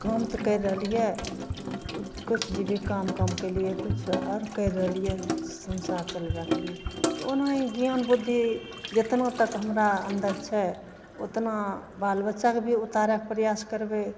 काम तऽ करि रहलिए किछु जीविकामे काम केलिए किछु आओर करि रहलिए संसार चलबैके लिए ओनाहि ज्ञान बुद्धि जतना तक हमरा अन्दर छै ओतना बाल बच्चाके भी उतारैके प्रयास करबै